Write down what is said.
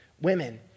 women